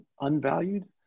Unvalued